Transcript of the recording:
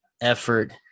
effort